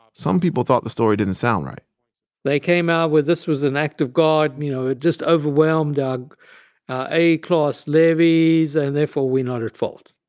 ah some people thought the story didn't sound right they came out with, this was an act of god. you know, it just overwhelmed ah ah our a-class levees, and therefore we're not at fault.